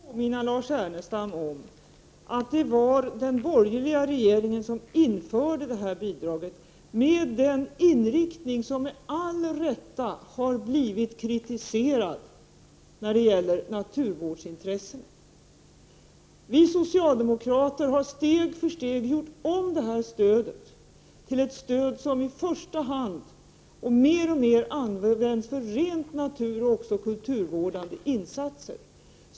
Fru talman! Får jag först påminna Lars Ernestam om att det var den borgerliga regeringen som införde detta bidrag med en sådan inriktning att det med rätta blivit kritiserat när det gäller naturvårdsintressen. Vi socialde Prot. 1988/89:12 mokrater har steg för steg gjort om detta stöd till ett stöd som i första hand 20 oktober 1988 och mer och mer används för rent naturoch kulturvårdande insatser.